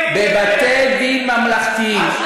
לרבני עיר, בבתי-דין ממלכתיים.